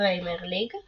בפרמייר ליג,